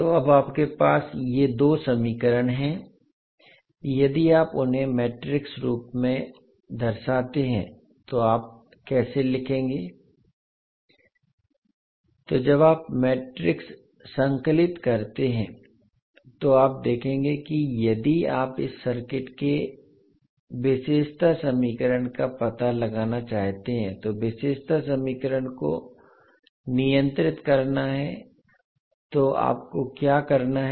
तो अब आपके पास ये 2 समीकरण हैं यदि आप उन्हें मैट्रिक्स रूप में दर्शाते हैं तो आप कैसे लिखेंगे तो जब आप मैट्रिक्स संकलित करते हैं तो आप देखेंगे कि यदि आप इस सर्किट के विशेषता समीकरण का पता लगाना चाहते हैं तो विशेषता समीकरण को नियंत्रित करना है तो आपको क्या करना है